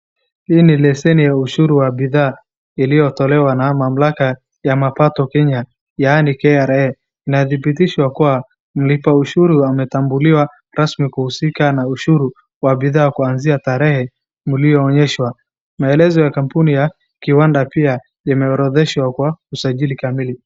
Hii ni leseni ya ushuru wa bidhaa iliyotolewa na mamlaka ya mapato kenya yani KRA.Inadhibitishwa kuwa mlipa ushuru ametambuliwa rasmi kuhusu na ushuru wa bidhaa kwanzia tarehe mlionyeshwa maelezo ya kampuni ya kiwanda pia linaorodheshwa kwa usajili kamili.